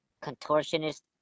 contortionist